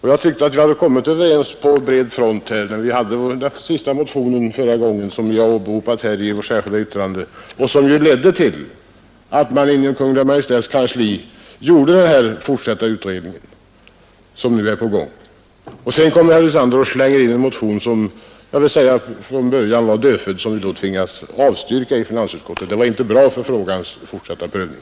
Jag tyckte vi hade kommit överens på bred front när det förra gången väcktes en motion, som vi har åberopat i vårt särskilda yttrande och som ledde till den fortsatta utredning som nu är på gång inom Kungl. Maj:ts kansli. Att alltså herr Hyltander sedan slängde in en motion som jag måste säga från början var dödfödd och som vi därför tvingades avstyrka i finansutskottet var inte bra för frågans fortsatta prövning.